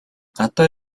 гадаа